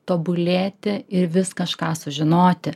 tobulėti ir vis kažką sužinoti